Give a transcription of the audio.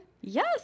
Yes